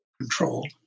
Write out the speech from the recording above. control